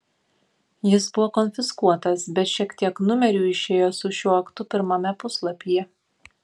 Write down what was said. jis buvo konfiskuotas bet šiek tiek numerių išėjo su šiuo aktu pirmame puslapyje